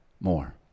more